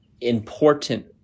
important